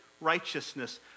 righteousness